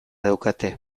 daukate